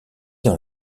dans